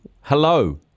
hello